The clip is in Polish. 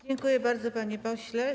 Dziękuję bardzo, panie pośle.